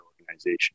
organization